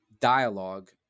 dialogue